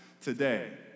today